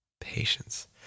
Patience